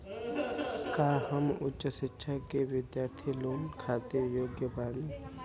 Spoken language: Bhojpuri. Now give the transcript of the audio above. का हम उच्च शिक्षा के बिद्यार्थी लोन खातिर योग्य बानी?